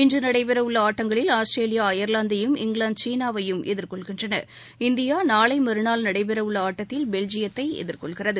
இன்று நடைபெறவுள்ள ஆட்டங்களில் ஆஸ்திரேலியா அயர்லாந்தையும் இங்கிலாந்து சீனாவையும் எதிர்கொள்கின்றன இந்தியா நாளை மறுநாள் நடைபெறவுள்ள ஆட்டத்தில் பெல்ஜியத்தில் எதிர் கொள்கிறது